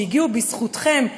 שהגיעו בזכותכם,